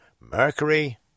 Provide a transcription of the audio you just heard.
Mercury